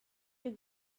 you